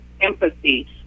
empathy